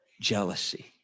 Jealousy